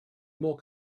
more